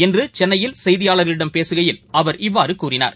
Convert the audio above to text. இன்றுசென்னையில் செய்தியாளர்களிடம் பேசுகையில் அவர் இவ்வாறுகூறினார்